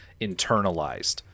internalized